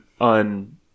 on